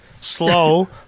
slow